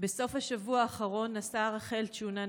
בסוף השבוע האחרון נסעה רחל צ'ונה,